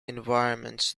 environments